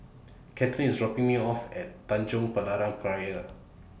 Cathryn IS dropping Me off At Tanjong Berlayer Pier